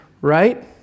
right